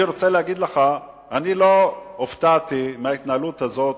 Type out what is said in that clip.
אני רוצה להגיד לך: אני לא הופתעתי מההתנהלות הזאת,